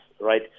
Right